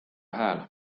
hääl